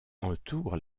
entoure